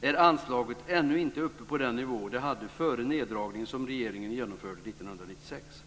är anslaget ännu inte uppe på den nivå som det hade före den neddragning som regeringen genomförde 1996.